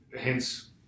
hence